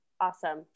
Awesome